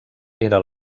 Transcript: era